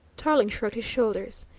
tarling shrugged his shoulders.